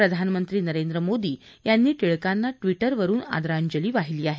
प्रधानमंत्री नरेंद्र मोदी यांनी टिळकांना ट्विटरवर आदरांजली वाहिली आहे